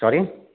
sorry